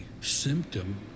symptom